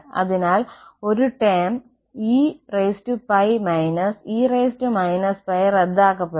അതിനാൽ ഒരു term eπ−e−π റദ്ദാക്കപ്പെടും